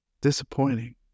Disappointing